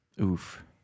Oof